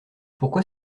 pourquoi